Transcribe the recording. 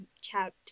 chat